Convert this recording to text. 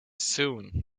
soon